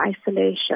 isolation